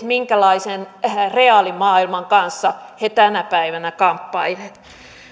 minkälaisen reaalimaailman kanssa nämä aikuiset tänä päivänä kamppailevat